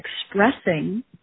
expressing